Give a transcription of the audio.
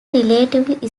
relatively